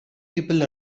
people